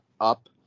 up